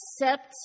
accept